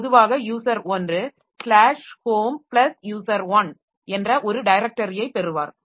பொதுவாக user one home plus user1 என்ற ஒரு டைரக்டரியை பெறவார்